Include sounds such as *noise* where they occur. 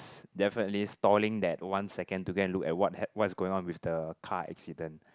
*noise* definitely stalling that one second to go and look at what what's going on with the car accident